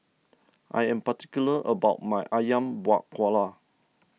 I am particular about my Ayam Buah Keluak